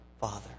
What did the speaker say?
Father